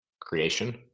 creation